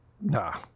Nah